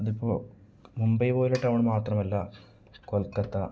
അതിപ്പോൾ മുംബൈ പോലെ ടൗൺ മാത്രമല്ല കൊൽക്കത്ത